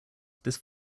this